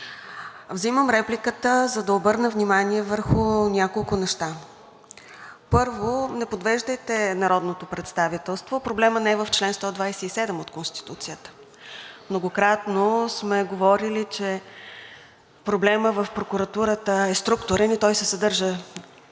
вземам репликата, за да обърна внимание върху няколко неща. Първо, не подвеждайте народното представителство, проблемът не е в чл. 127 от Конституцията. Многократно сме говорили, че проблемът в прокуратурата е структурен и той се съдържа на друго място в Конституцията,